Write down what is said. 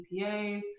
CPAs